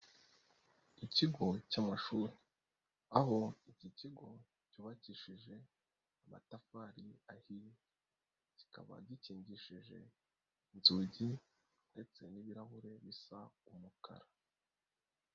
Ikigo cy'amashuri, aho iki kigo cyubakishije amatafari ahiye, kikaba gikingishije inzugi ndetse n'ibirahure bisa umukara.